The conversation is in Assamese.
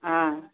অ